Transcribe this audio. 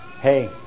Hey